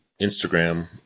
Instagram